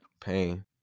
pain